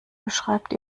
beschreibt